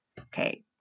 Okay